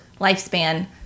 lifespan